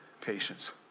patience